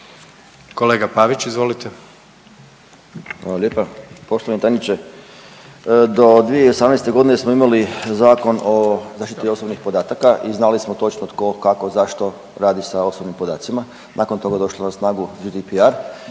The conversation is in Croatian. Hvala lijepa. Poštovani tajniče, do 2018. godine smo imali Zakon o zaštiti osobnih podataka i znali smo točno tko, kako, zašto radi sa osobnim podacima. Nakon toga je došlo na snagu GDPR